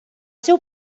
seu